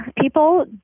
People